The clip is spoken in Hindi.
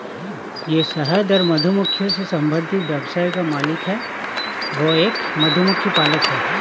वह शहद और मधुमक्खियों से संबंधित व्यवसाय का मालिक है, वह एक मधुमक्खी पालक है